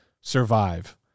survive